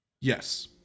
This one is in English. Yes